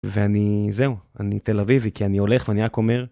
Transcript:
ואני, זהו, אני תל אביבי, כי אני הולך ואני רק אומר...